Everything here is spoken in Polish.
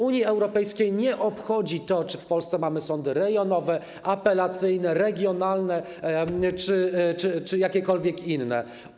Unii Europejskiej nie obchodzi to, czy w Polsce mamy sądy rejonowe, apelacyjne, regionalne czy jakiekolwiek inne.